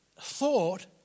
thought